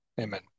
Amen